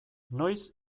noiz